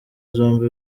zombi